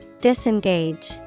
Disengage